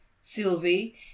sylvie